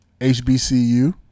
HBCU